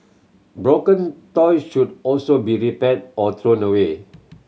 broken toys should also be repaired or thrown away